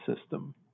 system